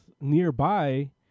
nearby